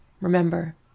Remember